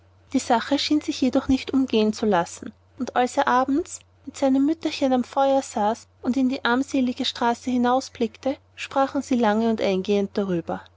die sache schien sich jedoch nicht umgehen zu lassen und als er abends mit seinem mütterchen am fenster saß und in die armselige straße hinausblickte sprachen sie lange und eingehend darüber